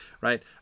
right